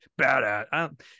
badass